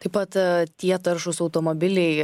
taip pat tie taršūs automobiliai